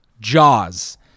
jaws